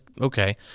okay